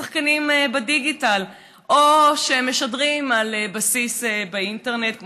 השחקנים בדיגיטל או שמשדרים על בסיס אינטרנט,